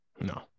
no